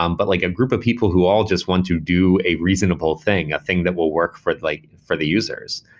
um but like a group of people who all just want to do a reasonable thing, a thing that will work for like for the users.